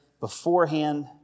beforehand